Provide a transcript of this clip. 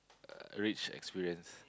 uh rich experience